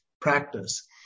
practice